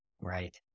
Right